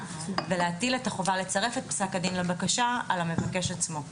ולהטיל את החובה לצרף את פסק-הדין לבקשה על המבקש עצמו.